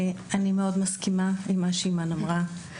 אני מאוד מסכימה עם מה שאימאן אמרה.